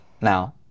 Now